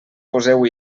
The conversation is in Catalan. poseu